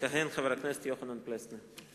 יכהן חבר הכנסת יוחנן פלסנר.